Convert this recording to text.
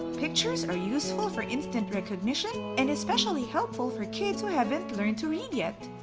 pictures are useful for instant recognition and especially helpful for kids who haven't learned to read yet.